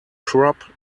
crop